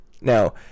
Now